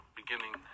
beginning